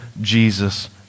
Jesus